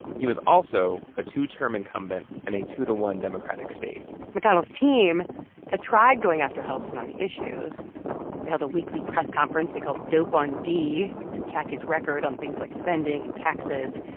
he was also a two-term incumbent in a two to one democratic state mcconnell's team had tried going after huddleston on the issues. they held a weekly press conference they called dope on dee to attack his record on things like spending and taxes.